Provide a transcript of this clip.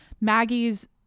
Maggie's